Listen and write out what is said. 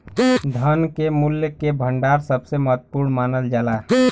धन के मूल्य के भंडार सबसे महत्वपूर्ण मानल जाला